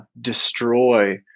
destroy